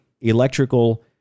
electrical